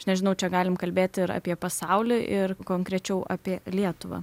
aš nežinau čia galim kalbėti ir apie pasaulį ir konkrečiau apie lietuvą